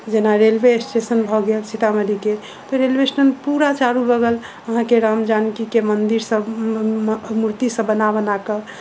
जेना railway station भए गेल सीतामढ़ीके फेर रेलवे स्टेशन पूरा चारू बगल अहाँकेँ रामजानकीके मन्दिर सभ मूर्ति सभ बना बनाकऽ